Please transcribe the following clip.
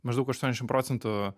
maždaug aštuoniasdešim procentų